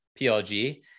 PLG